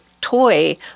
Toy